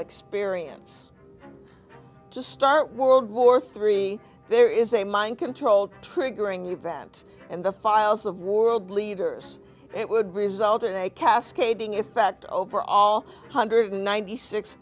experience to start world war three there is a mind controlled triggering event and the files of world leaders it would result in a cascading effect over all hundred ninety six